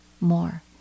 more